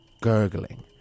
Gurgling